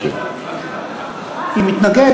היא מתנגד.